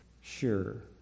Sure